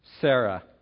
Sarah